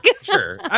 sure